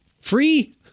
Free